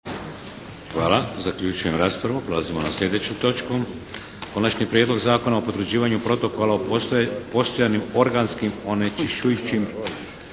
Hvala. Zaključujem raspravu. **Šeks, Vladimir (HDZ)** Konačni prijedlog zakona o potvrđivanju Protokola o postojanim organskim onečišćujućim